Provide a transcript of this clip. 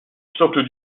socle